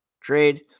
trade